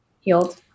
healed